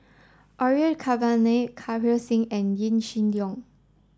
Orfeur Cavenagh Kirpal Singh and Yaw Shin Leong